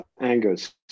Angus